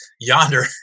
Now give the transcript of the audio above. yonder